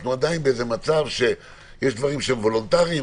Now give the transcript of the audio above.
עדיין במצב שיש דברים שהם וולונטריים.